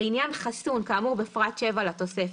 לעניין חיסון כאמור בפרט 7 לתוספת..."